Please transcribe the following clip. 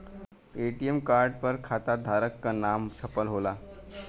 ATM card पर खाताधारक क नाम छपल होला